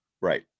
Right